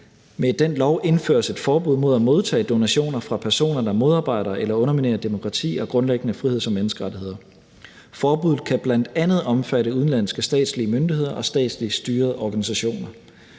Med den lov indføres et forbud mod at modtage donationer fra personer, der modarbejder eller underminerer demokrati og grundlæggende friheds- og menneskerettigheder. Forbuddet kan bl.a. omfatte udenlandske statslige myndigheder og statsligt styrede organisationer.